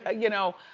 ah you know,